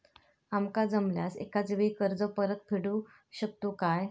आमका जमल्यास एकाच वेळी कर्ज परत फेडू शकतू काय?